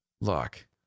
Look